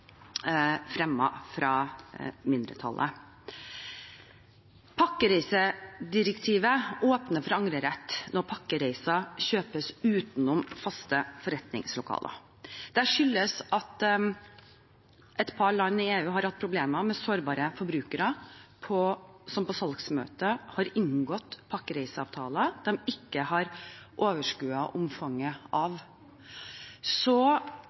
fremmet fra mindretallet. Pakkereisedirektivet åpner for angrerett når pakkereisen kjøpes utenom faste forretningslokaler. Det skyldes at et par land i EU har hatt problemer med sårbare forbrukere som på salgsmøte har inngått pakkereiseavtaler de ikke har overskuet omfanget av. Så